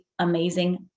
amazing